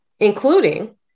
including